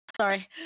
sorry